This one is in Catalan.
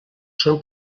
són